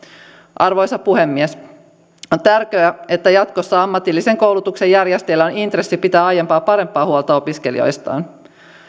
arvoisa puhemies on tärkeää että jatkossa ammatillisen koulutuksen järjestäjillä on intressi pitää aiempaa parempaa huolta opiskelijoistaan